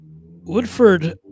Woodford